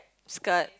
skirt